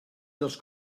dels